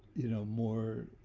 you know, more